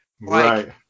Right